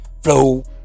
Flow